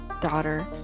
daughter